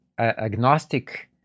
agnostic